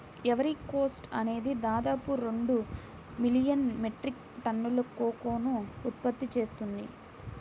Ivory Coast అనేది దాదాపు రెండు మిలియన్ మెట్రిక్ టన్నుల కోకోను ఉత్పత్తి చేసింది